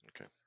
Okay